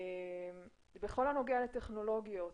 בכל הנוגע לטכנולוגיות,